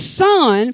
son